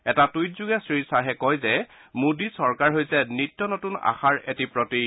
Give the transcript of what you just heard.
এটা টুইটযোগে শ্ৰীখাহে কয় যে মোডী চৰকাৰ হৈছে নিত্য নতুন আশাৰ এটি প্ৰতীক